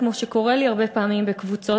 כמו שקורה לי הרבה פעמים בקבוצות,